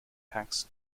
pax